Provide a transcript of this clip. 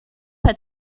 had